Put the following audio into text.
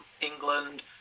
England